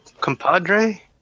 compadre